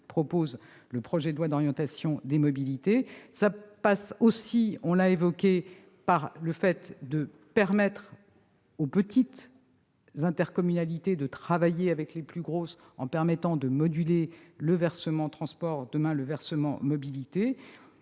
prévoit le projet de loi d'orientation des mobilités. Cela passe ensuite, on l'a évoqué, par le fait de permettre aux petites intercommunalités de travailler avec les plus grosses, à travers une modulation du versement transport, demain du « versement mobilité